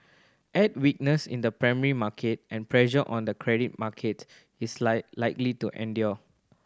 add weakness in the primary market and pressure on the credit market is like likely to endure